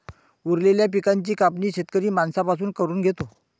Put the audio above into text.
उरलेल्या पिकाची कापणी शेतकरी माणसां पासून करून घेतो